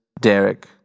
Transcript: Derek